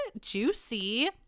juicy